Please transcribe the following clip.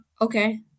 Okay